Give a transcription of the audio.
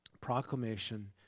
proclamation